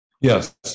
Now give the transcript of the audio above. Yes